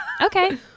Okay